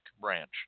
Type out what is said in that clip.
branch